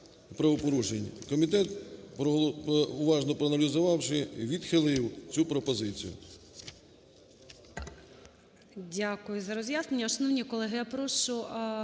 Комітет, уважно проаналізувавши, відхилив цю пропозицію.